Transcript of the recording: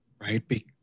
right